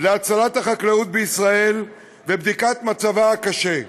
לנושא הצלת החקלאות בישראל ולבדיקת מצבה הקשה.